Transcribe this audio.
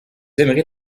aimerez